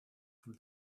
from